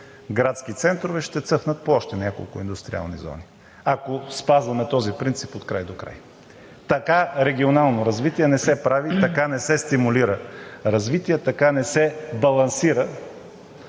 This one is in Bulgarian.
градски центрове ще цъфнат по още няколко индустриални зони, ако спазваме този принцип открай докрай. Така регионално развитие не се прави. Така не се стимулира развитие, така не се балансира